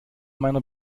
meiner